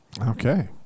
Okay